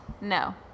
No